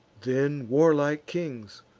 then warlike kings,